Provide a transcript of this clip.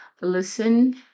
listen